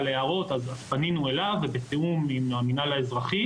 להערות פנינו אליו ובתיאום עם המינהל האזרחי